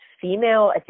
female